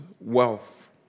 wealth